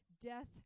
death